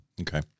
Okay